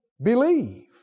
Believe